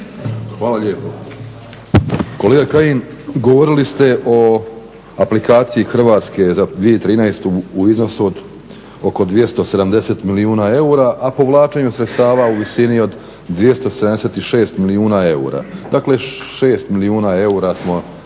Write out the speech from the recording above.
Hvala lijepo. Kolega Kajin, govorili ste o aplikaciji Hrvatske za 2013. u iznosu od oko 270 milijuna eura, a povlačenju sredstava u visini od 276 milijuna eura. Dakle, 6 milijuna eura smo